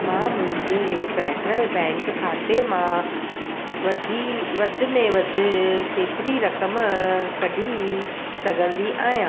मां मुंहिंजे Federal Bank खाते मां वधि वधि में वधि केतिरी रक़म कढी सघंदी आहियां